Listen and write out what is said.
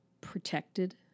protected